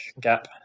gap